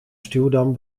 stuwdam